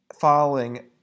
following